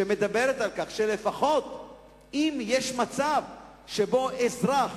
שמדברת על כך שאם יש מצב שבו אזרח